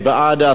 עשרה בעד,